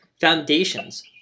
foundations